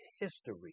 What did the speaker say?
history